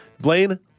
Blaine